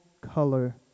color